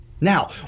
Now